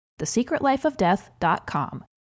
thesecretlifeofdeath.com